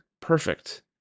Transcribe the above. perfect